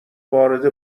وارد